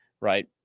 right